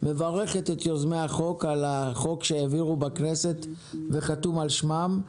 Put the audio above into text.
מברכת את יוזמי החוק מברכת על החוק שהעבירו בכנסת וחתום על שמם,